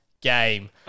game